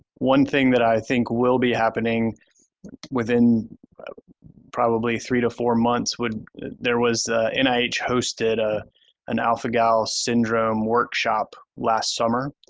one thing that i think will be happening within probably three to four months would there was an nih-hosted, ah an alpha-gal syndrome workshop last summer.